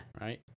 Right